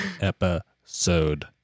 episode